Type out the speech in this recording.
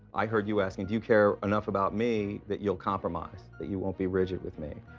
i heard you asking, do you care enough about me that you'll compromise, that you won't be rigid with me?